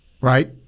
right